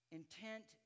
intent